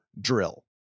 drill